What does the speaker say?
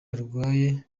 arwaye